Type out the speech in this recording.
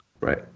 Right